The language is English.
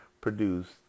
produced